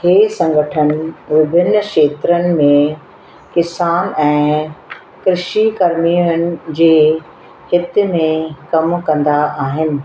हे संगठन विभिन्न खेत्रनि में किसान ऐं कृषि करमियन जे हित में कम कंदा आहिनि